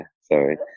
Sorry